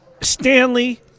Stanley